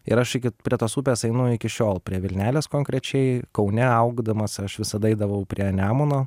ir aš prie tos upės einu iki šiol prie vilnelės konkrečiai kaune augdamas aš visada eidavau prie nemuno